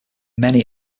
many